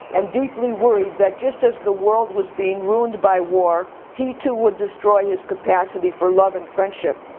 and deeply worried that just as the world was being ruined by war, he too would destroy his capacity for love and friendship.